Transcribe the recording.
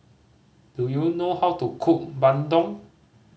do you know how to cook bandung